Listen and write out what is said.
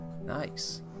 Nice